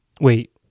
wait